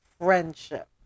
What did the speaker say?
friendship